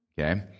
okay